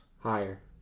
Higher